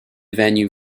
venue